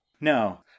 No